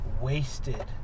wasted